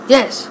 Yes